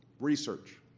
research,